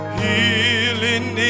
healing